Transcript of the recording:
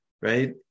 Right